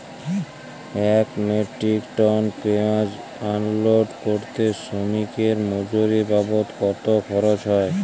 এক metric ton পেঁয়াজ unload করতে শ্রমিকের মজুরি বাবদ কত খরচ হয়?